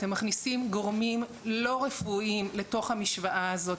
אתם מכניסים גורמים לא רפואיים לתוך המשוואה הזאת,